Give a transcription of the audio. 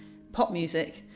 pop music,